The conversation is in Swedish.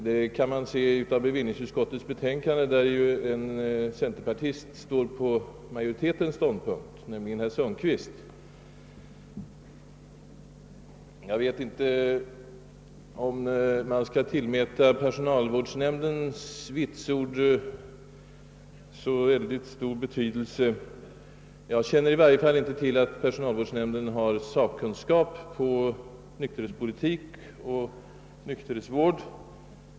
Det kan man se av bevillningsutskottets betänkande; en sådan centerpartist som t.ex. herr Sundkvist står på majoritetens ståndpunkt. Jag vet inte om man skall tillmäta personalvårdsnämndens vitsord så stor betydelse. I varje fall känner jag inte till att den besitter sakkunskap i fråga om nykterhetspolitik och nykterhetsvård.